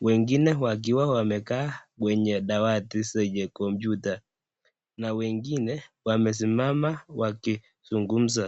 wengine wakiwa wamekaa kwenye dawati zenye kompyuta na wengine wamesimama wakizungumza.